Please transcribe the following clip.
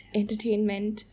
entertainment